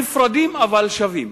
נפרדים אבל שווים.